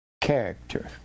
character